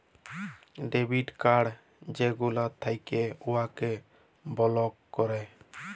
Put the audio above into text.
debit card যেগলা থ্যাকে উয়াকে বলক ক্যরে